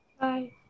Bye